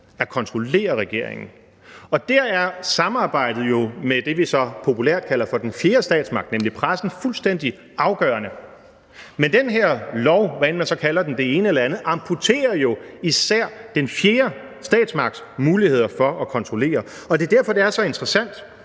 at kontrollere regeringen. Og der er samarbejdet med det, vi så populært kalder den fjerde statsmagt, nemlig pressen, jo fuldstændig afgørende. Men den her lov, hvad enten man så kalder den det ene eller det andet, amputerer jo især den fjerde statsmagts muligheder for at kontrollere. Det er derfor, det er så interessant,